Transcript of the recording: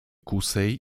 kusej